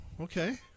Okay